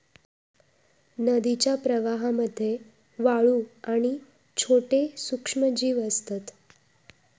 नदीच्या प्रवाहामध्ये वाळू आणि छोटे सूक्ष्मजीव असतत